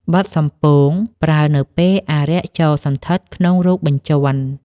បទសំពោង ប្រើនៅពេលអារក្សចូលសណ្ឋិតក្នុងរូបបញ្ជាន់។